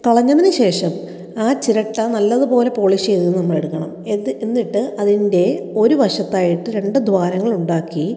കളഞ്ഞതിനു ശേഷം ആ ചിരട്ട നല്ലതുപോലെ പോളിഷ് ചെയ്ത് നമ്മൾ എടുക്കണം എന്നിട്ട് അതിന്റെ ഒരു വശത്തായിട്ട് രണ്ട് ദ്വാരങ്ങള് ഉണ്ടാക്കി